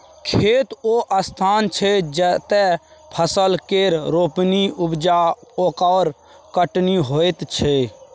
खेत ओ स्थान छै जतय फसल केर रोपणी, उपजा आओर कटनी होइत छै